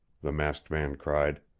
the masked man cried.